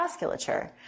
vasculature